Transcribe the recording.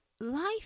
life